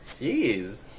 Jeez